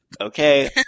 okay